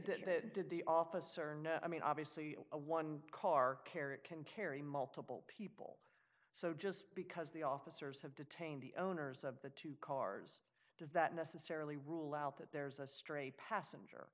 that did the officer know i mean obviously a one car carrier can carry multiple people so just because the officers have detained the owners of the two cars does that necessarily rule out that there's a stray passenger